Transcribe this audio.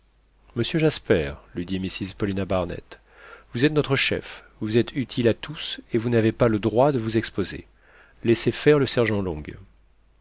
monsieur jasper lui dit mrs paulina barnett vous êtes notre chef vous êtes utile à tous et vous n'avez pas le droit de vous exposer laissez faire le sergent long